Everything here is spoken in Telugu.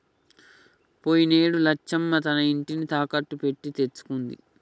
పోయినేడు లచ్చమ్మ తన ఇంటిని తాకట్టు పెట్టి తెచ్చుకుంది